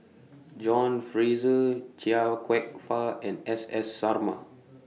John Fraser Chia Kwek Fah and S S Sarma